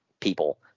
people